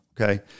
okay